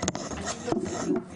הישיבה נעולה.